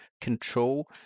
Control